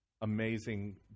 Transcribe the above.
Amazing